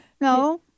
no